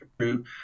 true